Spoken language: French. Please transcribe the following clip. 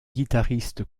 guitariste